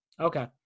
Okay